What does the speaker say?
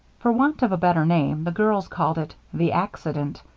for want of a better name, the girls called it the accident,